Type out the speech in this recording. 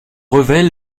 revel